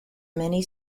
many